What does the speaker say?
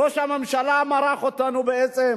ראש הממשלה מרח אותנו בעצם